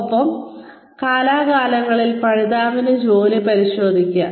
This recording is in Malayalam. ഒപ്പം കാലാകാലങ്ങളിൽ പഠിതാവിന്റെ ജോലി പരിശോധിക്കുക